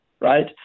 right